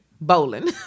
bowling